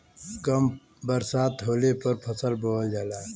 कम बरसात होले पर फसल बोअल जाला